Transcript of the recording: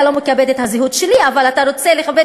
אתה לא מכבד את הזהות שלי אבל אתה רוצה לכבד